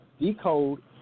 decode